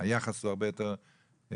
היחס הוא הרבה יותר נגיש.